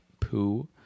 poo